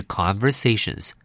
conversations